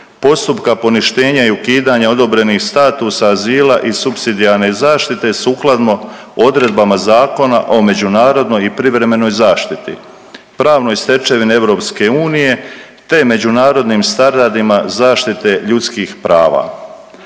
postupka poništenja i ukidanja odobrenih statusa azila i supsidijarne zaštite sukladno odredbama Zakona o međunarodnoj i privremenoj zaštiti, pravnoj stečevini Europske unije te međunarodnim standardima zaštite ljudskih prava.